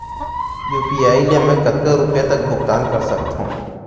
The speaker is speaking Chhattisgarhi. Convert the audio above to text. यू.पी.आई ले मैं कतका रुपिया तक भुगतान कर सकथों